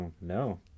No